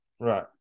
Right